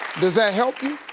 does that help you?